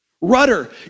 Rudder